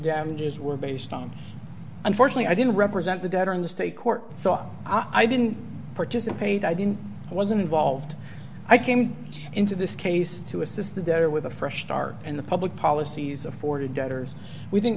damages were based on unfortunately i didn't represent the debtor in the state court so i didn't participate i didn't i wasn't involved i came into this case to assist there with a fresh start in the public policies afforded debtor's within